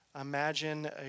Imagine